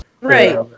Right